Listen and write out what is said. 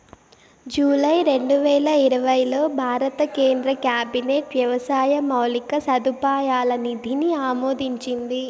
July రెండువేల ఇరవైలో భారత కేంద్ర క్యాబినెట్ వ్యవసాయ మౌలిక సదుపాయాల నిధిని ఆమోదించింది